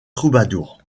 troubadour